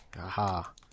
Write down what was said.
aha